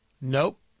Nope